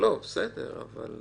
אני